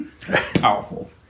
powerful